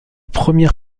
première